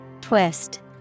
Twist